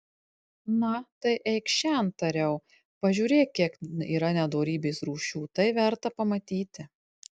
na tai eikš šen tariau pažiūrėk kiek yra nedorybės rūšių tai verta pamatyti